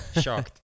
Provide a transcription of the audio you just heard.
Shocked